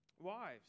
Wives